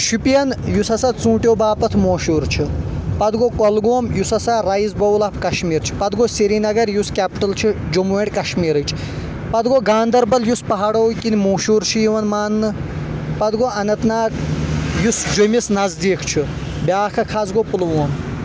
شوپیان یُس ہسا ژوٗنٛٹیو باپَتھ مشہوٗر چھُ پَتہٕ گوٚو کۄلگوم یُس ہسا رایس باول آف کشمیٖر چھ پَتہٕ گوٚو سری نگر یُس کیٚپٹل چھُ جموں ایٚنٛڈ کشمیٖرٕچ پَتہٕ گوٚو گاندربل یُس پہاڑو کِنۍ مشہوٗر چھ یِوان ماننہٕ پَنہٕ گوٚو اننت ناگ یُس جومِس نزدیٖک چھُ بیاکھ اکھ حظ گوٚو پلووم